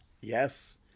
Yes